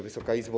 Wysoka Izbo!